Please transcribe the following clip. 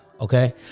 Okay